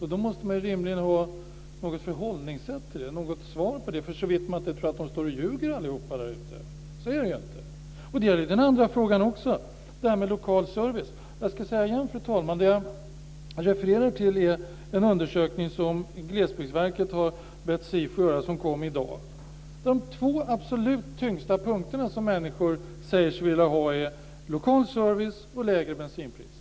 Rimligen måste man ha ett förhållningssätt till det, ett svar på det - såvitt man inte tror att alla där ute ljuger, och så är det ju inte. Det gäller också frågan om lokal service. Vad jag, fru talman, refererar till är - jag säger det återigen - en undersökning som Glesbygdsverket har bett SIFO att göra och som kom i dag. De två absolut tyngsta punkterna som människor säger sig vilja ha är lokal service och lägre bensinpriser.